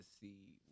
see